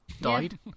died